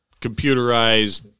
computerized